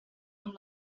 amb